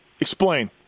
Explain